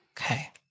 Okay